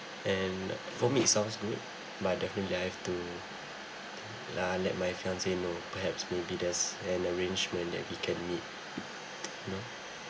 and for me it sounds good but definitely I have to uh let my fiancée know perhaps maybe there's an arrangement that we can meet you know